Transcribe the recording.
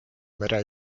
mere